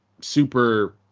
super